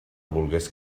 volgués